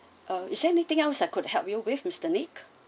ah is there anything else I could help you with mister nick